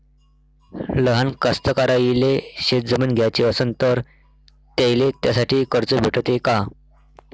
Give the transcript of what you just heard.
लहान कास्तकाराइले शेतजमीन घ्याची असन तर त्याईले त्यासाठी कर्ज भेटते का?